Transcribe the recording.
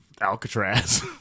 Alcatraz